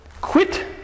quit